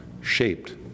shaped